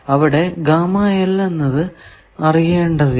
അവിടെ എന്നത് അറിയേണ്ടതില്ല